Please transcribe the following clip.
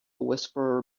whisperer